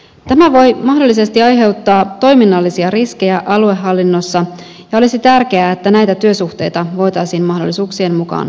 tämä voi mahdollisesti aiheuttaa toiminnallisia riskejä aluehallinnossa ja olisi tärkeää että näitä työsuhteita voitaisiin mahdollisuuksien mukaan vakinaistaa